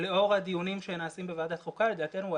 לאור הדיונים שנעשים בוועדת החוקה לדעתנו הוא